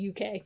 UK